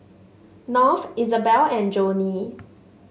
North Izabelle and Jonnie